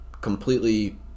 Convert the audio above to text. completely